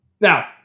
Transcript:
Now